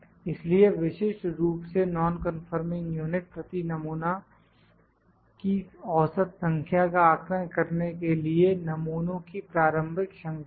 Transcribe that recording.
इसलिए विशिष्ट रूप से नॉनकन्फॉर्मिंग यूनिट प्रति नमूना की औसत संख्या का आकलन करने के लिए नमूनों की प्रारंभिक श्रंखला उपयोग की जाती है